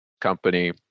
company